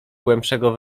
głębszego